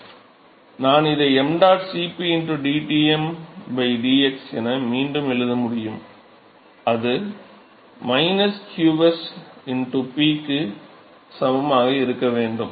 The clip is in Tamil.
நான் இதை ṁ Cp dTm dx என மீண்டும் எழுத முடியும் அது qs Pக்கு சமமாக இருக்க வேண்டும்